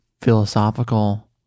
philosophical